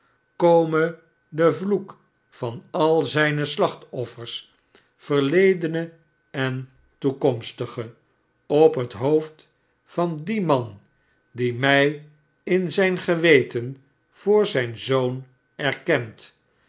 kome de vloek vanal zijne lachtorlers verledene en toekomstige op het hoofd van dien man die mij in zijn geweten voor zijn zoon erkent